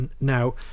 now